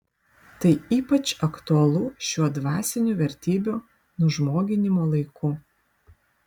tai ypač aktualu šiuo dvasinių vertybių nužmoginimo laiku